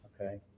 okay